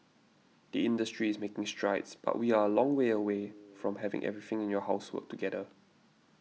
the industry is making strides but we are a long way away from having everything in your house work together